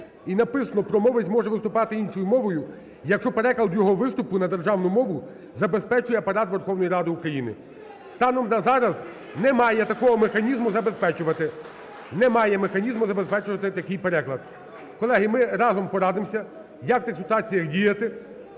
І написано: промовець може виступати іншою мовою, якщо переклад його виступу на державну мову забезпечує Апарат Верховної Ради України. Станом на зараз немає такого механізму забезпечувати. Немає механізму забезпечувати такий переклад. Колеги, ми разом порадимося, як в тих ситуаціях діяти.